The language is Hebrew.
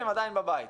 הם עדיין בבית,